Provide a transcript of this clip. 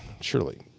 surely